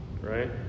right